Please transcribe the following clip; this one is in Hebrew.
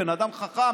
בן אדם חכם,